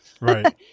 right